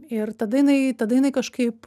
ir tada jinai tada jinai kažkaip